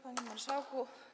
Panie Marszałku!